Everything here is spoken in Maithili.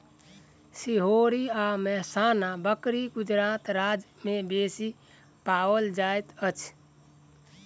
सिरोही आ मेहसाना बकरी गुजरात राज्य में बेसी पाओल जाइत अछि